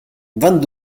vingt